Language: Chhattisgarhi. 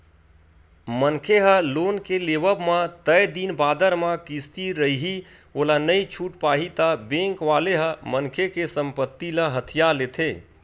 मनखे ह लोन के लेवब म तय दिन बादर म किस्ती रइही ओला नइ छूट पाही ता बेंक वाले ह मनखे के संपत्ति ल हथिया लेथे